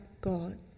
God